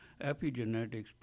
epigenetics